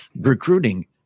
recruiting